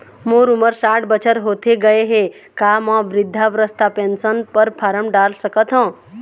मोर उमर साठ बछर होथे गए हे का म वृद्धावस्था पेंशन पर फार्म डाल सकत हंव?